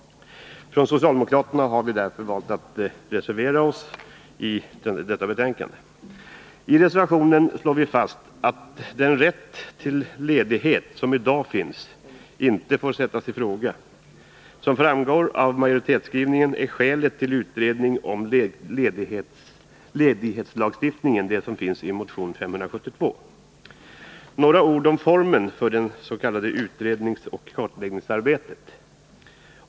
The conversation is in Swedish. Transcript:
Från socialdemokraterna har vi därför valt att reservera oss. I reservationen slår vi fast att den rätt till ledighet som i dag finns inte får sättas i fråga. Som framgår av majoritetsskrivningen är skälen till utredningen om ledighetslagstiftning de som finns i motion 572. 33 Några ord om formen för det s.k. utredningsoch kartläggningsarbetet.